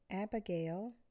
Abigail